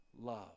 love